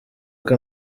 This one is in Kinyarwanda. kuko